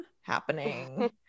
happening